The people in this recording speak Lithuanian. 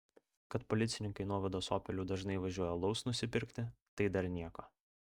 kad policininkai nuovados opeliu dažnai važiuoja alaus nusipirkti tai dar nieko